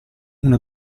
una